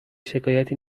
شکایتی